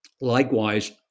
Likewise